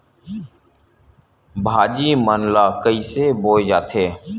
भाजी मन ला कइसे बोए जाथे?